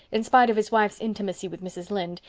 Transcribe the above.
in spite of his wife's intimacy with mrs. lynde,